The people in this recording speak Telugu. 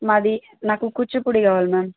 మాది నాకు కూచిపూడి కావాలి మ్యామ్